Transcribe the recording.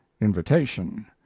invitation